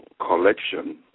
collection